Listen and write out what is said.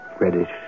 reddish